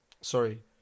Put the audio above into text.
sorry